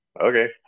Okay